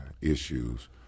issues